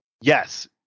Yes